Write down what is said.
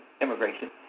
immigration